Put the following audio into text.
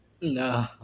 no